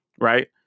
right